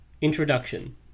Introduction